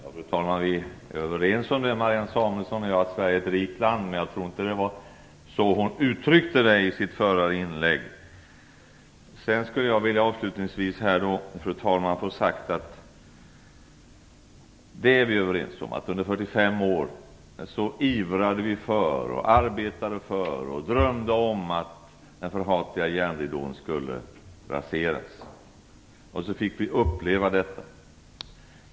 Fru talman! Marianne Samuelsson och jag är överens om att Sverige är ett rikt land, men jag tror inte att det var så hon uttryckte sig i sitt förra inlägg. Jag vill avslutningsvis, fru talman, få sagt att vi är överens om att vi under 45 år ivrade för, arbetade för och drömde om att den förhatliga järnridån skulle raseras. Sedan fick vi uppleva detta.